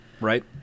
Right